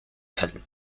calme